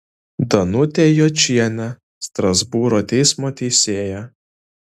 danutė jočienė strasbūro teismo teisėja